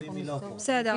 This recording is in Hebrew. בסדר.